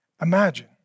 imagine